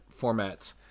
formats